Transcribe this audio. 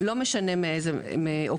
לא משנה מאוקראינה,